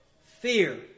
fear